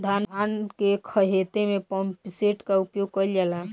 धान के ख़हेते में पम्पसेट का उपयोग कइल जाला?